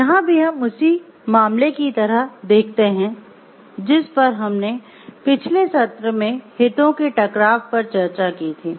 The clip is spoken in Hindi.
यहाँ भी हम उसी मामले की तरह देखते है जिस पर हमने पिछले सत्र में हितों के टकराव पर चर्चा की थी